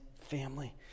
family